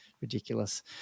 ridiculous